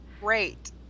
great